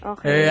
Okay